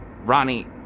Ronnie